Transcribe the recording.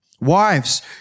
Wives